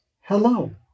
hello